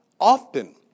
often